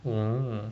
oh